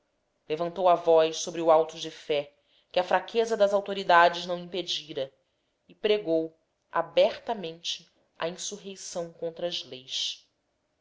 levantou a voz sobre o auto de fé que a fraqueza das autoridades não impedira e pregou abertamente a insurreição contra as leis